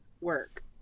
work